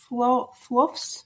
Fluffs